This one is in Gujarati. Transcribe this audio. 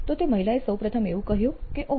' તો તે મહિલાએ સૌપ્રથમ એવું કહ્યું કે 'ઓહ